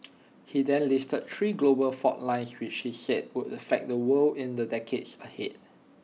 he then listed three global fault lines which he said would affect the world in the decades ahead